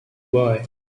boy